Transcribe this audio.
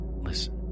Listen